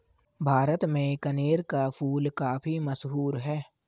भारत में कनेर का फूल काफी मशहूर है